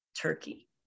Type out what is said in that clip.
turkey